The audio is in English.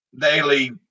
daily